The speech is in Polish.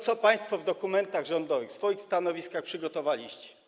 Co państwo w dokumentach rządowych, w swoich stanowiskach, przygotowaliście?